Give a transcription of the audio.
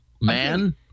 man